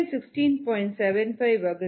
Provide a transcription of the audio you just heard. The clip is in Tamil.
75 வகுத்தால் 0